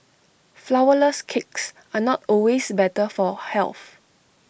Flourless Cakes are not always better for health